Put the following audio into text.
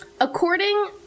According